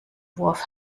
wurf